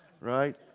right